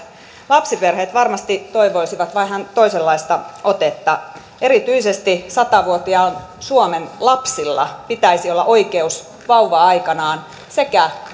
lapsiperheet varmasti toivoisivat vähän toisenlaista otetta erityisesti sata vuotiaan suomen lapsilla pitäisi olla oikeus vauva aikanaan sekä